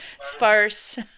sparse